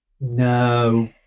No